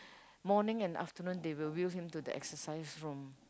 morning and afternoon they will wheel him to the exercise room